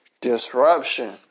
Disruption